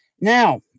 Now